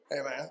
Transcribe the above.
Amen